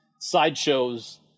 sideshows